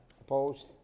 Opposed